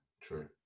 true